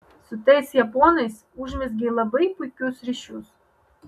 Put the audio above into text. su tais japonais užmezgei labai puikius ryšius